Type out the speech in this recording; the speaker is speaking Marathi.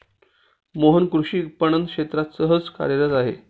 मोहित कृषी पणन क्षेत्रात सतत कार्यरत आहे